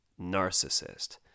narcissist